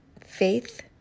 faith